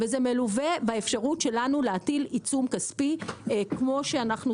זה מלווה באפשרות שלנו להטיל עיצום כספי עד 8%